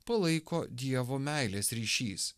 palaiko dievo meilės ryšys